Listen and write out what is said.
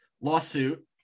lawsuit